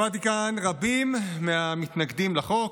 שמעתי כאן רבים מהמתנגדים לחוק.